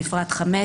בפרט 5,